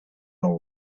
know